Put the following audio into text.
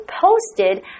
posted